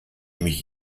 mich